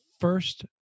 first